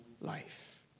life